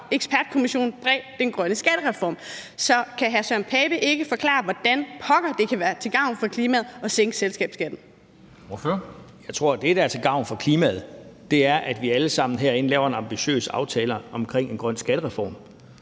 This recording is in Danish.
ekspertkommissionen bag den grønne skattereform. Så kan hr. Søren Pape Poulsen ikke forklare, hvordan pokker det kan være til gavn for klimaet at sænke selskabsskatten? Kl. 15:37 Formanden : Ordføreren. Kl. 15:37 Søren Pape Poulsen (KF) : Jeg tror, at det, der er til gavn for klimaet, er, at vi alle sammen herinde laver en ambitiøs aftale omkring en grøn skattereform.